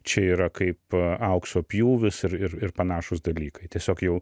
čia yra kaip aukso pjūvis ir ir ir panašūs dalykai tiesiog jau